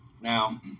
Now